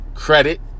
Credit